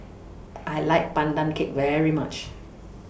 I like Pandan Cake very much